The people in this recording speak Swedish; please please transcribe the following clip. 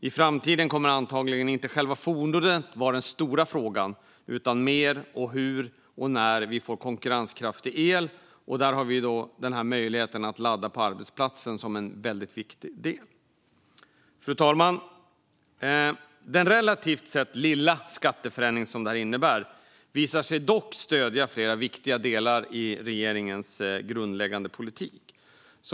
I framtiden kommer antagligen inte själva fordonet att vara den stora frågan utan mer hur och när vi får konkurrenskraftig el. Där är möjligheten att ladda på arbetsplatsen en viktig del. Fru talman! Den relativt sett lilla skatteförändring som detta innebär visar sig dock stödja flera viktiga delar i regeringens grundläggande politik.